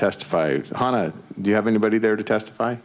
testify on it do you have anybody there to testify